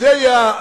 זה יהיה התפקיד,